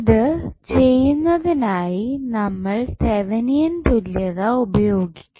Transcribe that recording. ഇത് ചെയ്യുന്നതിനായി നമ്മൾ തെവനിയൻ തുല്യത ഉപയോഗിക്കും